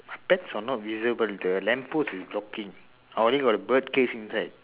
pets are not visible the lamp post is blocking only got the bird cage inside